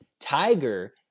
Tiger